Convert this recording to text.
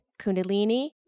Kundalini